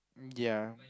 ya